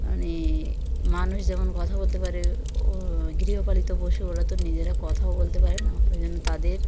মানে মানুষ যেমন কথা বলতে পারে ও গৃহপালিত পশু ওরা তো নিজেরা কথাও বলতে পারে না ওই জন্য তাদের